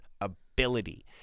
ability